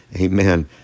amen